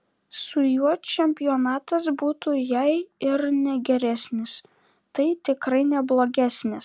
su juo čempionatas būtų jei ir ne geresnis tai tikrai ne blogesnis